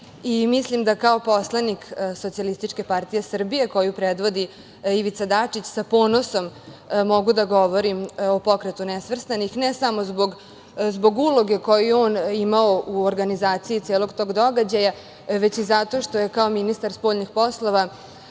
Mislim da kao poslanik SPS, koju predvodi Ivica Dačić, sa ponosom mogu da govorim o Pokretu nesvrstanih, ne samo zbog uloge koju je on imao u organizaciji celog tog događaja, već i zato što je kao ministar spoljnih poslova